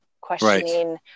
questioning